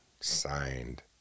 signed